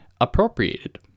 appropriated